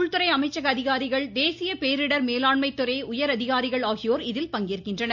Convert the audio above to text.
உள்துறை அமைச்சக அதிகாரிகள் தேசிய பேரிடர் மேலாண்மை துறை உயர் அதிகாரிகள் ஆகியோர் இதில் பங்கேற்கின்றனர்